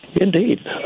Indeed